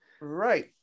Right